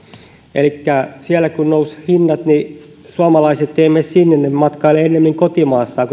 elikkä kun siellä nousivat hinnat niin suomalaiset eivät mene sinne he matkailevat ennemmin kotimaassaan